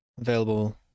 available